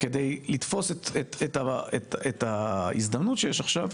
כדי לתפוס את ההזדמנות שיש עכשיו,